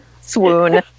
swoon